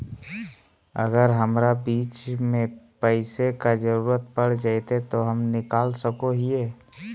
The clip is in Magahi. अगर हमरा बीच में पैसे का जरूरत पड़ जयते तो हम निकल सको हीये